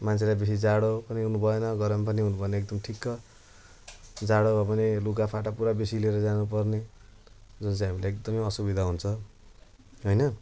मान्छेलाई बेसी जाडो पनि हुनु भएन गरम पनि हुनु भएन एकदम ठिक्क जाडोमा पनि लुगा फाटा पुरा बेसी लिएर जानु पर्ने जुन चाहिँ हामीलाई एकदमै असुविधा हुन्छ होइन